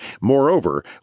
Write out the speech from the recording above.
Moreover